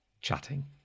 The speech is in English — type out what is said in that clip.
chatting